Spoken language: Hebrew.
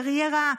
קריירה,